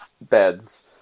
beds